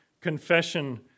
confession